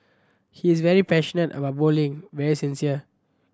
he is very passionate about bowling very sincere